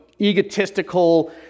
egotistical